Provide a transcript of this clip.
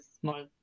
small